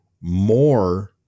more